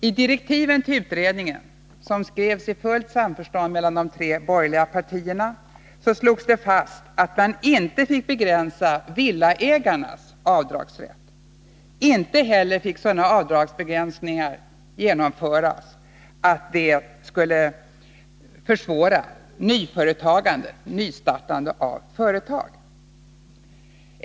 I direktiven till utredningen, som skrevs i fullt samförstånd mellan de tre borgerliga partierna, slogs det fast att man inte fick begränsa villaägarnas avdragsrätt. Inte heller fick sådana avdragsbegränsningar genomföras som skulle försvåra nyföretagandet — nystartandet av företag.